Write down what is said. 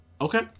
Okay